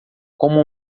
como